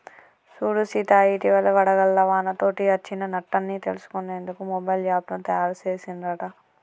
సూడు సీత ఇటివలే వడగళ్ల వానతోటి అచ్చిన నట్టన్ని తెలుసుకునేందుకు మొబైల్ యాప్ను తాయారు సెసిన్ రట